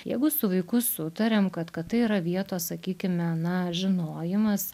jeigu su vaiku sutariam kad kad tai yra vietos sakykime na žinojimas